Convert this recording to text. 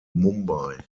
mumbai